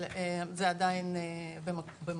והם עדיין במקום.